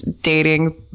dating